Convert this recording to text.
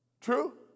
True